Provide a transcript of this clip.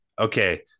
Okay